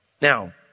Now